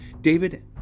David